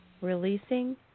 releasing